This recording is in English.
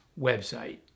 website